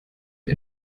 der